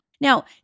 Now